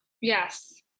Yes